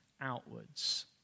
outwards